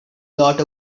lot